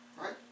Right